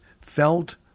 felt